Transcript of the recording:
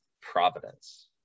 providence